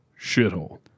shithole